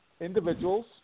individuals